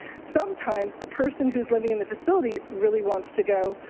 sometimes the person who is living in the facility really wants to go,